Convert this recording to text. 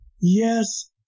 Yes